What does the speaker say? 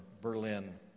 Berlin